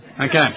Okay